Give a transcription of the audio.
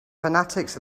fanatics